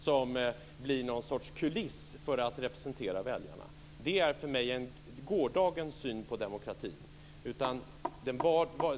Det blir någon sorts kuliss för att representera väljarna. Det är för mig gårdagens syn på demokratin.